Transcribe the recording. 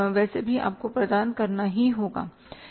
वैसे भी आपको प्रदान करना होगा